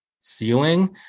ceiling